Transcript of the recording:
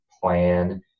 plan